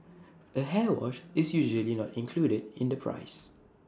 A hair wash is usually not included in the price